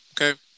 Okay